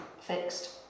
fixed